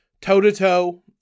toe-to-toe